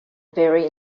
vary